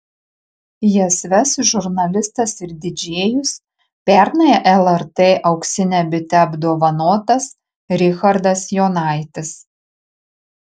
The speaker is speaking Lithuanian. jas ves žurnalistas ir didžėjus pernai lrt auksine bite apdovanotas richardas jonaitis